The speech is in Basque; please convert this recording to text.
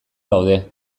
gaude